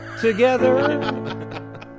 Together